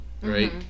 right